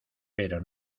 pero